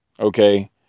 okay